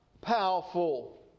powerful